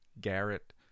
Garrett-